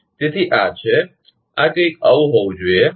તેથી આ છે આ કંઈક આવું હોવું જોઈએ